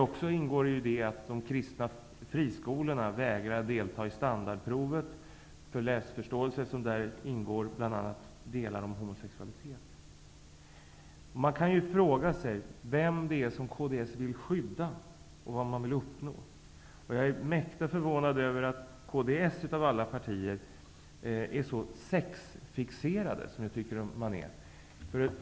Häri ingår också att de kristna friskolorna vägrat att delta i standardprovet för läsförståelse, eftersom däri ingår bl.a. delar om homosexualitet. Man kan fråga sig vem det är som Kds vill skydda och vad det är man vill uppnå. Jag är mäkta förvånad över att Kds av alla partier är så sexfixerat som jag tycker att man där är.